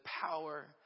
power